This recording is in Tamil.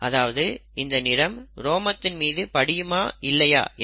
அதாவது இந்த நிறம் ரோமத்தின் மீது படியுமா இல்லையா என்று